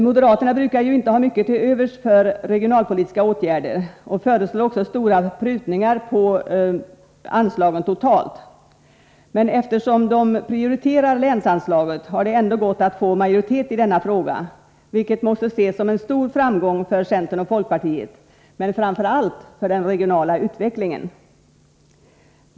Moderaterna brukar ju inte ha mycket till övers för regionalpolitiska åtgärder. De föreslår också stora prutningar på anslagen totalt. Eftersom de prioriterar länsanslaget har det ändå gått att få majoritet i denna fråga, vilket måste ses som en stor framgång för centern och folkpartiet, men framför allt för den regionala utvecklingen.